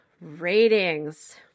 ratings